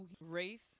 Wraith